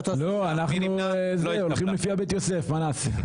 לא, אנחנו הולכים לפי הבית יוסף, מה נעשה?